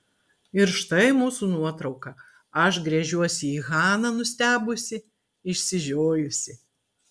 ir štai mūsų nuotrauka aš gręžiuosi į haną nustebusi išsižiojusi